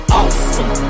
awesome